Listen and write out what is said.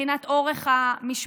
מבחינת אורך המשמרות.